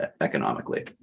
economically